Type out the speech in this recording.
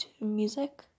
music